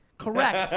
correct,